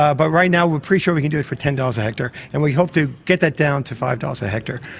ah but right now we are pretty sure we can do it for ten dollars a hectare, and we hope to get that down to five dollars a hectare.